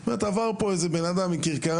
היא אמרה: עבר פה איזה אדם עם כרכרה,